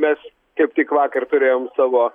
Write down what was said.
mes kaip tik vakar turėjom savo